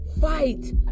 fight